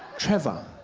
trevor